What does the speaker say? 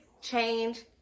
change